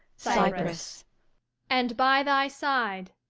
cypris and by thy side,